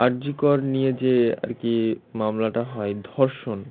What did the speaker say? আর G Kar নিয়ে যে আর কি মামলাটা হয় ধর্ষণ